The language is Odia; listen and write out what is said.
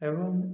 ଏବଂ